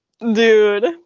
Dude